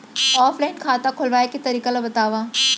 Offline खाता खोलवाय के तरीका ल बतावव?